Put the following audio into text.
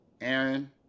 Aaron